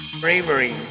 Bravery